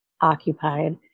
occupied